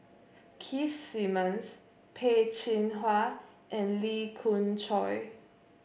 Keith Simmons Peh Chin Hua and Lee Khoon Choy